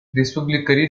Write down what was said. республикӑри